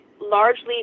largely